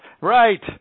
Right